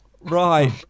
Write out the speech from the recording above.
Right